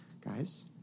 guys